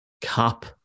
cap